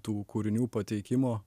tų kūrinių pateikimo